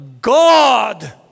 God